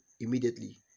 immediately